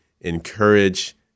encourage